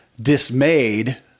Dismayed